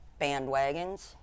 bandwagons